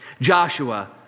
Joshua